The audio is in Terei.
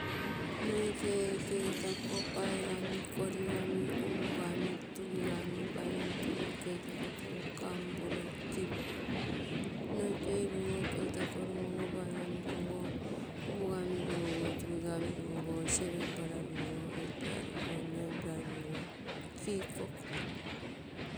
Noikei, keitako, paigami, korigami, upugami, tygigami, paigami tuo, keitako tuo, kampuro, kiruro, noikei rugo, keitako rugo, paigami rugo, korigami rugo, upugami rugo, tugigami rugo, sevenpla rugo, eightpla rugo, kikoko.